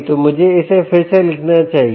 तो मुझे इसे फिर से लिखना चाहिए